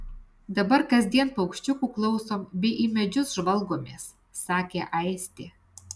dabar kasdien paukščiukų klausom bei į medžius žvalgomės sakė aistė